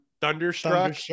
Thunderstruck